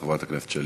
חברת הכנסת שלי